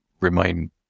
remain